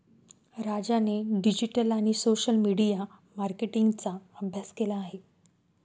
राजाने डिजिटल आणि social media मार्केटिंगचा अभ्यास केला आहे